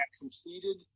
completed